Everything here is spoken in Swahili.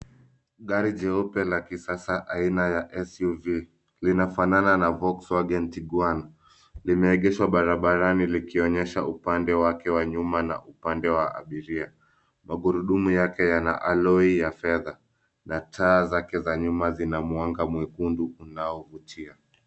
Gari jeupe la kisasa aina ya SUV . Linafanana na Vokswagen Tiguan. Limeegeshwa barabarani likionyesha upande wake wa nyuma na upande wa abiria. Magurudumu yake yana alloy ya fedha. Na taa zake za nyuma zina mwanga mwekundu unaovutia.